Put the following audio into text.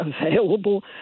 available